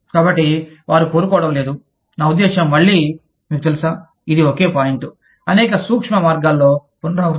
కాబట్టి వారు కోరుకోవడం లేదు నా ఉద్దేశ్యం మళ్ళీ మీకు తెలుసా ఇది ఒకే పాయింట్ అనేక సూక్ష్మ మార్గాల్లో పునరావృతం